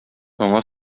аңа